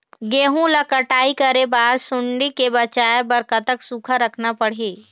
गेहूं ला कटाई करे बाद सुण्डी ले बचाए बर कतक सूखा रखना पड़ही?